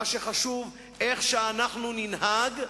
מה שחשוב הוא איך אנחנו ננהג,